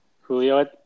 Julio